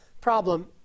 problem